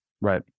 Right